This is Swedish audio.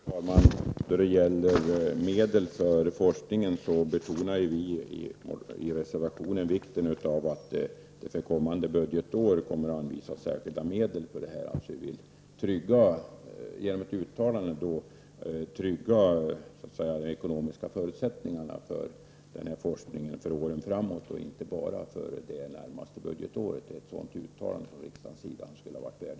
Fru talman! Då det gäller medel för forskningen betonar vi i reservationen vikten av att det för kommande budgetår anvisas särskilda medel för detta. Vi vill genom ett uttalande trygga de ekonomiska förutsättningarna för denna forskning för åren framåt och inte bara för det närmaste året. Därför hade ett sådant uttalande varit värdefullt.